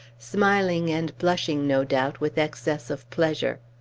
smiling, and blushing, no doubt, with excess of pleasure.